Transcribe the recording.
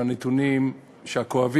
עם הנתונים הכואבים,